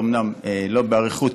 אומנם לא באריכות,